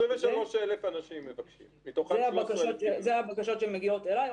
אלה הבקשות שמגיעות אליי.